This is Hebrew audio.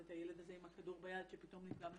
את הילד הזה עם הכדור ביד שפתאום נפגע ממכונית.